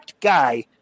guy